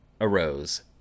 arose